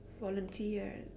volunteer